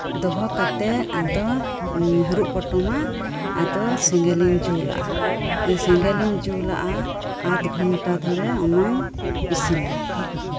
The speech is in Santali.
ᱫᱚᱦᱚ ᱠᱟᱛᱮᱫ ᱟᱫᱚᱧ ᱦᱟᱹᱨᱩᱵ ᱯᱚᱴᱚᱢᱟ ᱟᱫᱚ ᱥᱮᱸᱜᱮᱞ ᱤᱧ ᱡᱳᱞᱟᱜᱼᱟ ᱥᱮᱸᱜᱮᱞ ᱤᱧ ᱡᱳᱞ ᱟᱜᱼᱟ ᱟᱫᱽ ᱜᱷᱚᱱᱴᱟ ᱫᱷᱚᱨᱮ ᱚᱱᱟᱧ ᱤᱥᱤᱱᱟ